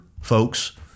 folks